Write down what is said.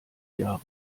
jahre